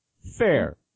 Fair